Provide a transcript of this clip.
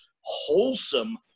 wholesome